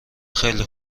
خیلی